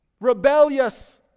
rebellious